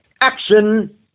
action